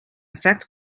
affect